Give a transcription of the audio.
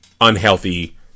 unhealthy